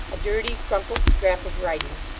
a dirty, crumpled scrap of writing.